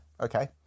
okay